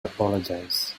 apologize